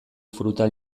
fruta